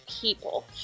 people